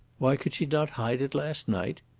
why could she not hide it last night?